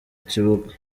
kibuga